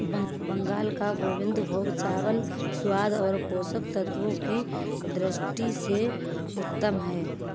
बंगाल का गोविंदभोग चावल स्वाद और पोषक तत्वों की दृष्टि से उत्तम है